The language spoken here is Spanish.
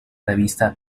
revista